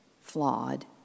flawed